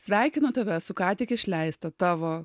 sveikinu tave su ką tik išleista tavo